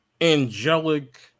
angelic